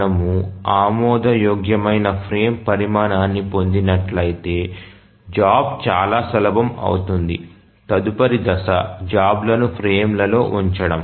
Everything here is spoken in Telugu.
మనము ఆమోదయోగ్యమైన ఫ్రేమ్ పరిమాణాన్ని పొందినట్లయితే జాబ్ చాలా సులభం అవుతుంది తదుపరి దశ జాబ్ లను ఫ్రేమ్లలో ఉంచడం